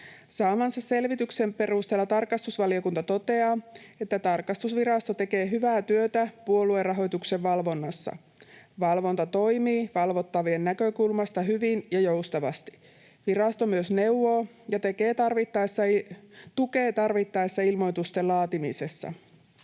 Saamansa selvityksen perusteella tarkastusvaliokunta toteaa, että tarkastusvirasto tekee hyvää työtä puoluerahoituksen valvonnassa. Valvonta toimii valvottavien näkökulmasta hyvin ja joustavasti. Virasto myös neuvoo ja tukee tarvittaessa ilmoitusten laatimisessa.